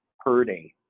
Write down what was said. hurting